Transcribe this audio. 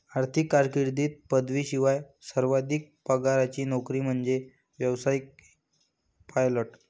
आर्थिक कारकीर्दीत पदवीशिवाय सर्वाधिक पगाराची नोकरी म्हणजे व्यावसायिक पायलट